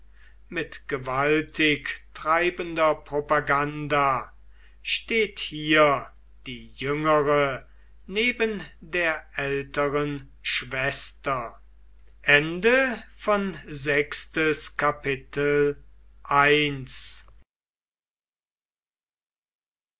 mit gewaltig treibender propaganda steht hier die jüngere neben der älteren schwester